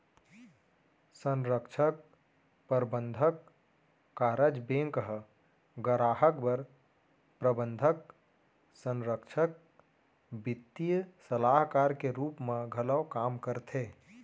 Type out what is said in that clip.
संरक्छक, परबंधक, कारज बेंक ह गराहक बर प्रबंधक, संरक्छक, बित्तीय सलाहकार के रूप म घलौ काम करथे